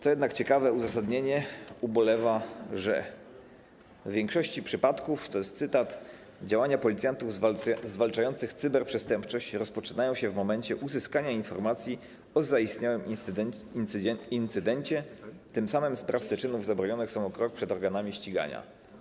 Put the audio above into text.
Co jednak ciekawe, w uzasadnieniu ubolewa się, że w większości przypadków - to jest cytat - działania policjantów zwalczających cyberprzestępczość rozpoczynają się w momencie uzyskania informacji o zaistniałym incydencie, tym samym sprawcy czynów zabronionych są o krok przed organami ścigania.